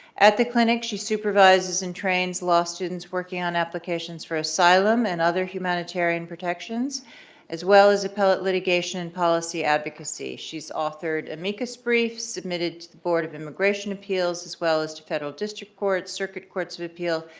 at the clinic, she supervises and trains law students working on applications for asylum and other humanitarian protections as well as appellate litigation and policy advocacy. she's authored amicus briefs, submitted to the board of immigration appeals as well as to federal district courts, circuit courts of appeal,